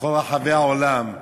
בכל רחבי העולם,